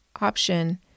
option